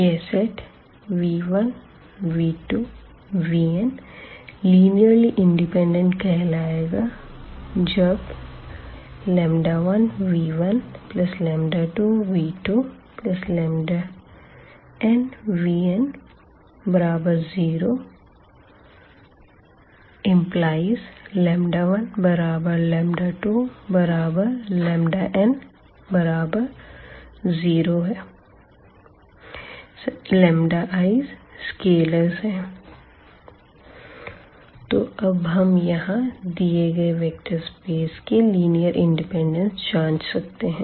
यह set v1v2vn linearly independent कहलाएगा जब 1v12v2nvn0⟹12n0 iscalars तो अब हम यहां दिए गए वेक्टर स्पेस की लीनियर इंडिपेंडेंस जाँच सकते हैं